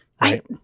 Right